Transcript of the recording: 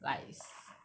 likes